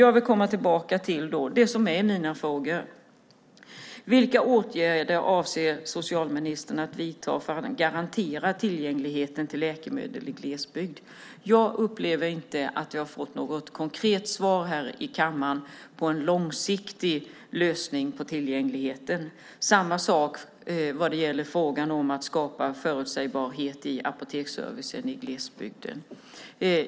Jag vill komma tillbaka till det som är mina frågor: Vilka åtgärder avser socialministern att vidta för att garantera tillgängligheten till läkemedel i glesbygd? Jag upplever inte att jag har fått något konkret svar här i kammaren när det gäller en långsiktig lösning på tillgängligheten. Samma sak gäller frågan om att skapa förutsägbarhet i apoteksservicen i glesbygden.